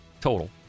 total